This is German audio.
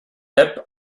app